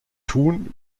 tun